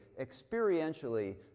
experientially